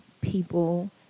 people